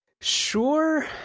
Sure